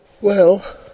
Well